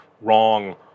wrong